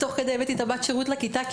תוך כדי הבאתי את בת השירות לכיתה כי